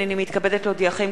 הנני מתכבדת להודיעכם,